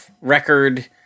record